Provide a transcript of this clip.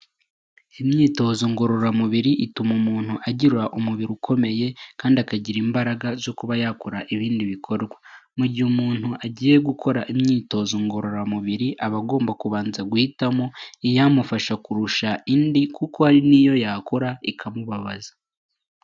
Inyitozo ngororamubiri ituma umuntu agira umubiri ukomeye kandi akagira imbaraga zo kuba yakora ibindi bikorwa, mugihe umuntu agiye gukora imyitozo ngorora mubiri aba agomba kubanza guhitamo iyamufasha kurusha indi kuko hari iyo yakora ikamubabaza.